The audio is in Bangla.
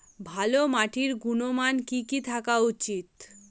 ভালো মাটির গুণমান কি কি থাকা উচিৎ?